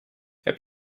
heb